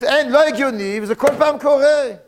זה אין לא הגיוני, וזה כל פעם קורה!